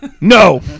No